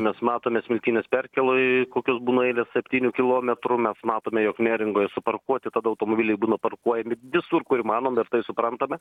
mes matome smiltynės perkėloj kokios būna eilės septynių kilometrų mes matome jog neringoj suparkuoti tada automobiliai būna parkuojami visur kur įmanoma ir tai suprantame